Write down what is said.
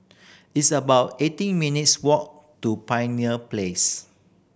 it's about eighteen minutes' walk to Pioneer Place